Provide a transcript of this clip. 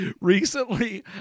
Recently